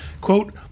quote